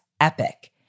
epic